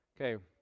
Okay